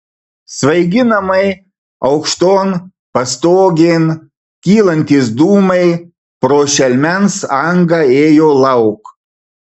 svaiginamai aukšton pastogėn kylantys dūmai pro šelmens angą ėjo lauk